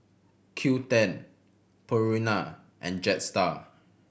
Qoo ten Purina and Jetstar